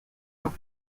ans